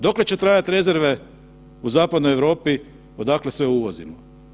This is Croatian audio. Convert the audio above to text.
Dokle će trajati rezerve u Zapadnoj Europi odakle sve uvozimo?